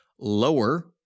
lower